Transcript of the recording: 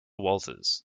walters